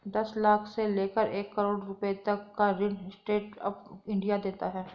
दस लाख से लेकर एक करोङ रुपए तक का ऋण स्टैंड अप इंडिया देता है